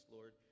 Lord